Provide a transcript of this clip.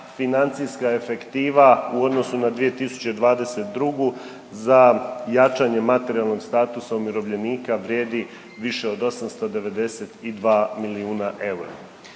financijska efektiva u odnosu na 2022. za jačanje materijalnog statusa umirovljenika vrijedi više od 892 milijuna eura.